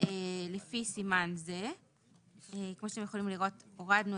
כמו שאמר חבר הכנסת